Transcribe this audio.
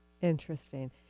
Interesting